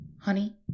honey